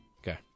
Okay